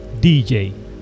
DJ